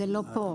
זה לא פה.